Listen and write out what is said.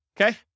Okay